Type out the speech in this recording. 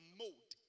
mode